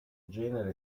genere